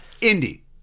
Indy